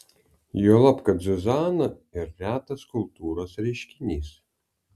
juolab kad zuzana ir retas kultūros reiškinys